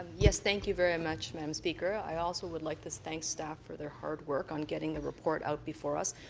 yes, thank you very much, madam speaker. i also would like to thank staff for their hard work on getting the report out before us.